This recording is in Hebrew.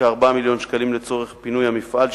כ-4 מיליוני שקלים לצורך פינוי המפעל,